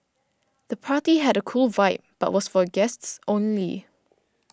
the party had a cool vibe but was for guests only